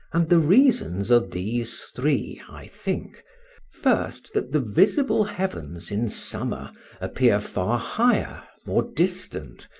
and the reasons are these three, i think first, that the visible heavens in summer appear far higher, more distant,